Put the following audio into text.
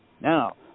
now